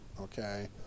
okay